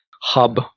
hub